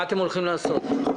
שאלות.